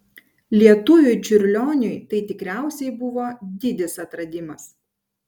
lietuviui čiurlioniui tai tikriausiai buvo didis atradimas